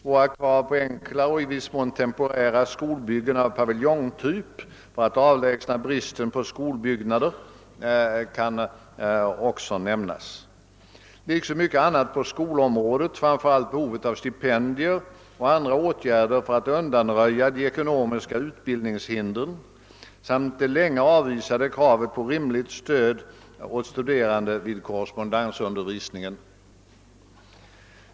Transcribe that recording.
Våra krav på enkla och i viss mån temporära skolbyggen av paviljongtyp och på avlägsnandet av bristen på skolbyggnader kan också nämnas liksom mycket annat på skolområdet, framför allt behovet av stipendier och andra åtgärder för att undanröja de ekonomiska utbildningshindren samt det länge avvisade kravet på rimligt stöd åt studerande vid korrespondensinstituten.